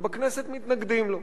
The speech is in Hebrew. ובכנסת מתנגדים לו,